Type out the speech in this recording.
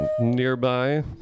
nearby